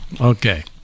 okay